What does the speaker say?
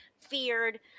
feared